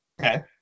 Okay